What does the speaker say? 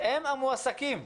והם המועסקים.